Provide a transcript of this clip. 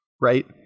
right